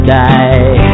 die